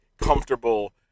comfortable